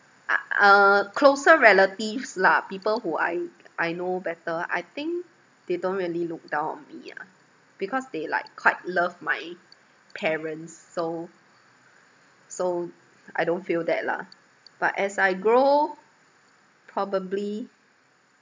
ah uh closer relatives lah people who I I know better I think they don't really look down on me ah because they like quite love my parents so so I don't feel that lah but as I grow probably